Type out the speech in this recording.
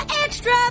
extra